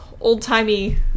old-timey